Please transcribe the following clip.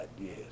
yes